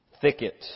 thicket